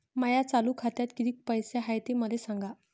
माया चालू खात्यात किती पैसे हाय ते मले सांगा